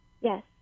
Yes